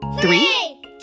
three